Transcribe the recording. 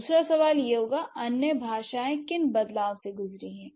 दूसरा सवाल यह होगा कि अन्य भाषाएं किन बदलावों से गुजरी हैं